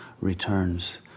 returns